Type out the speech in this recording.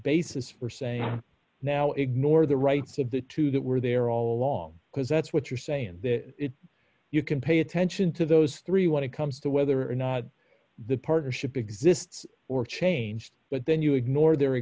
basis for saying now ignore the rights of the two that were there all along because that's what you're saying that if you can pay attention to those three dollars when it comes to whether or not the partnership exists or changed but then you ignore their